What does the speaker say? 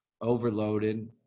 overloaded